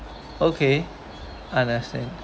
okay understand